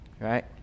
right